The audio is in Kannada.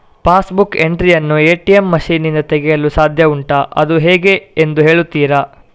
ಪಾಸ್ ಬುಕ್ ಎಂಟ್ರಿ ಯನ್ನು ಎ.ಟಿ.ಎಂ ಮಷೀನ್ ನಿಂದ ತೆಗೆಯಲು ಸಾಧ್ಯ ಉಂಟಾ ಹಾಗೆ ಅದು ಹೇಗೆ ಎಂದು ಹೇಳುತ್ತೀರಾ?